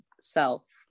self